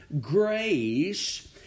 grace